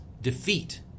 defeat